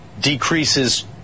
decreases